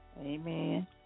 Amen